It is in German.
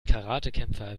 karatekämpfer